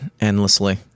endlessly